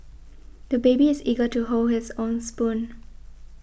the baby is eager to hold his own spoon